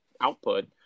output